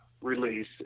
release